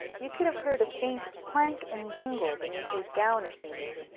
you could have heard a faint clank and jingle beneath his gown as he moved,